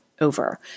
over